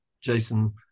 Jason